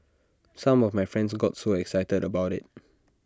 some of my friends got so excited about IT